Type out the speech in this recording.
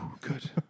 Good